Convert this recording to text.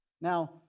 Now